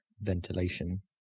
ventilation